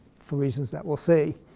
for reasons that we'll see.